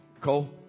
Cole